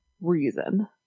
reason